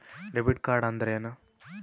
Debit ಕಾರ್ಡ್ಅಂದರೇನು?